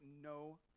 no